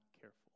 careful